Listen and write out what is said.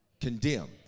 condemn